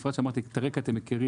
בפרט שאמרתי, את הרקע אתם מכירים.